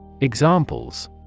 Examples